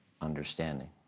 understanding